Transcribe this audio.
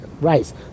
rice